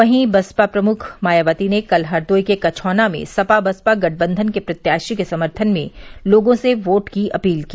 वहीं बसपा प्रमुख मायावती ने कल हरदोई के कछौना में सपा बसपा गठबंधन के प्रत्याशी के समर्थन में लोगों से वोट की अपील की